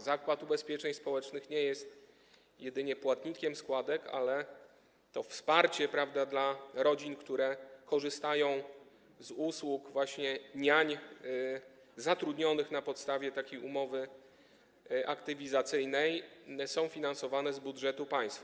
Zakład Ubezpieczeń Społecznych nie jest jedynie płatnikiem składek, ale to wsparcie, prawda, dla rodzin, które korzystają z usług niań zatrudnionych na podstawie takiej umowy aktywizacyjnej, są finansowane ze budżetu państwa.